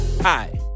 Hi